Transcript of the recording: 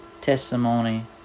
testimony